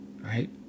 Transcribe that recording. right